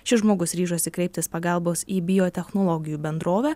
šis žmogus ryžosi kreiptis pagalbos į biotechnologijų bendrovę